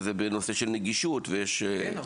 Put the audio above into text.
שהיא בנושא של נגישות --- כן,